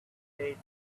says